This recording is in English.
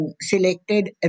selected